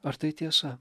ar tai tiesa